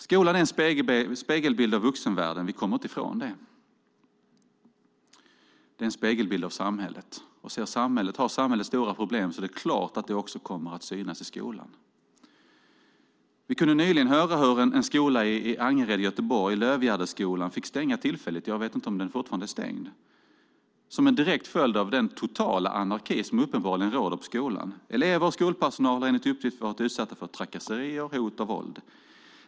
Skolan är en spegelbild av vuxenvärlden. Vi kommer inte ifrån det. Den är en spegelbild av samhället. Och har samhället stora problem är det klart att det också kommer att synas i skolan. Vi kunde nyligen höra hur en skola i Angered i Göteborg, Lövgärdesskolan, fick stänga tillfälligt - jag vet inte om den fortfarande är stängd - som en direkt följd av den totala anarkism som uppenbarligen råder på skolan. Elever och skolpersonal har enligt uppgift varit utsatta för trakasserier, hot och våld.